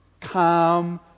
calm